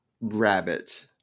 rabbit